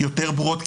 יותר ברורות.